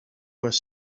was